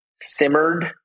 simmered